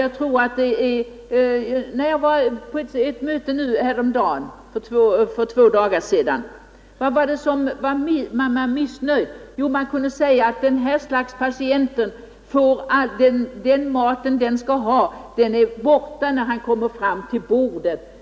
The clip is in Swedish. Jag var på ett möte med patienter och läkare för ett par dagar sedan. Vad var det man var missnöjd med? Jo, t.ex. att en diabetiker inte får den mat han skall ha, att maten är borta när han kommer fram till bordet.